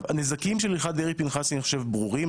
הנזקים של הלכת דרעי-פנחסי, אני חושב שהם ברורים.